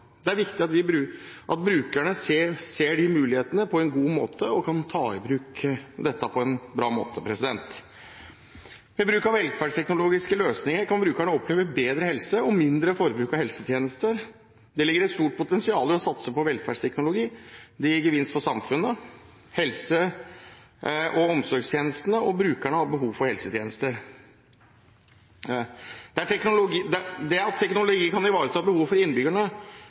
Det er viktig at brukerne ser de mulighetene og kan ta i bruk dette på en bra måte. Ved bruk av velferdsteknologiske løsninger kan brukerne oppleve bedre helse og mindre forbruk av helsetjenester. Det ligger et stort potensial i å satse på velferdsteknologi. Det gir gevinst for samfunnet og for helse- og omsorgstjenestene. Brukerne har behov for helsetjenester. Det at teknologi kan ivareta behovet til innbyggerne,